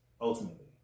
ultimately